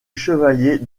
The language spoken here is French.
chevalier